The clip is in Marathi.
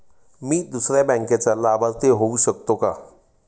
मी दुसऱ्या बँकेचा लाभार्थी होऊ शकतो का?